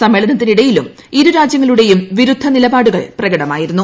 സമ്മേളനത്തിനിടയിലും പ്രഖ്യാപനം ഇരു രാജ്യങ്ങളുടെയും വിരുദ്ധ നിലപാടുകൾ പ്രകടമായിരുന്നു